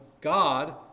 God